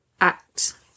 act